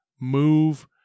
move